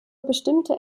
bestimmte